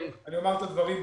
אני אומר את הדברים ברפרוף.